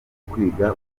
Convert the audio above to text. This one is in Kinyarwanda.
kwiga